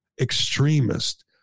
extremist